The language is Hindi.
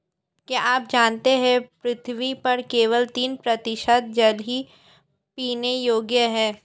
क्या आप जानते है पृथ्वी पर केवल तीन प्रतिशत जल ही पीने योग्य है?